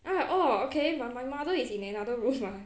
oh okay my my mother is in another room mah